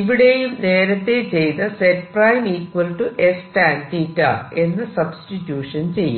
ഇവിടെയും നേരത്തെ ചെയ്ത z s എന്ന സബ്സ്റ്റിട്യൂഷൻ ചെയ്യാം